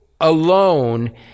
alone